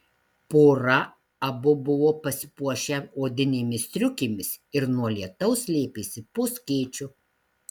pora abu buvo pasipuošę odinėmis striukėmis ir nuo lietaus slėpėsi po skėčiu